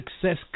success